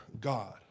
God